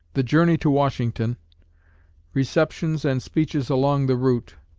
the journey to washington receptions and speeches along the route